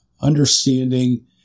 understanding